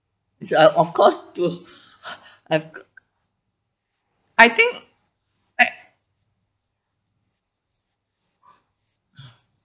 it's uh of course to have I think like